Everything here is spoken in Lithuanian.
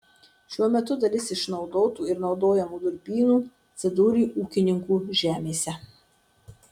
šiuo metu dalis išnaudotų ir naudojamų durpynų atsidūrė ūkininkų žemėse